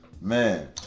Man